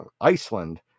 Iceland